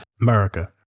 America